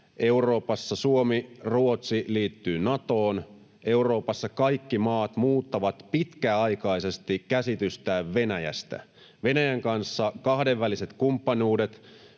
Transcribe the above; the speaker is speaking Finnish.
Euroopassa Suomi ja Ruotsi liittyvät Natoon, Euroopassa kaikki maat muuttavat pitkäaikaisesti käsitystään Venäjästä. Venäjän kanssa kahdenväliset kumppanuudet,